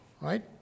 right